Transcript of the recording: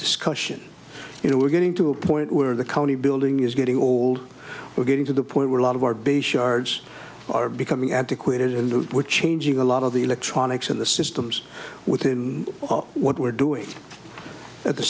discussion you know we're getting to a point where the county building is getting old we're getting to the point where a lot of our base shards are becoming antiquated into changing a lot of the electronics in the systems within what we're doing at the